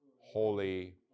Holy